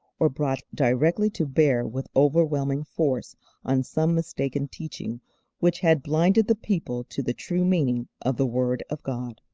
or brought directly to bear with overwhelming force on some mistaken teaching which had blinded the people to the true meaning of the word of god.